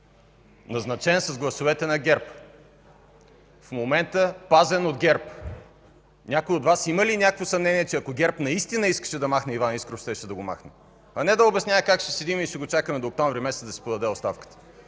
назначен с гласовете на ГЕРБ, в момента пазен от ГЕРБ. Някой от Вас има ли някакво съмнение, че ако ГЕРБ наистина искаше да махне Иван Искров, щеше да го махне (шум и реплики от БСП ЛБ), а не да обяснява как ще седим и ще го чакаме до октомври месец да си подаде оставката,